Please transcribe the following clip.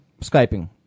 Skyping